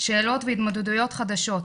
שאלות והתמודדויות חדשות,